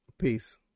Peace